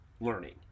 learning